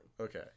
Okay